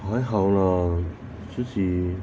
还好啦自己